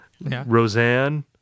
Roseanne